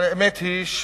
האמת היא,